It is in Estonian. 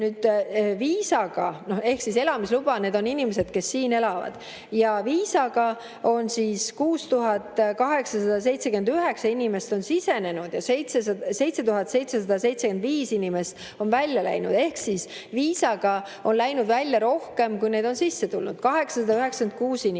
362 inimest. Ehk siis elamisluba – need on inimesed, kes siin elavad. Ja viisaga on 6879 inimest sisenenud ja 7775 inimest on välja läinud. Ehk siis viisaga on läinud välja rohkem, kui neid on sisse tulnud, 896 inimest.